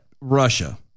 Russia